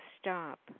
stop